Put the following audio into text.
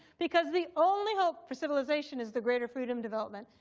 because the only hope for civilization is the greater freedom, development,